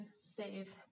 save